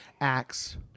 acts